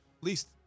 least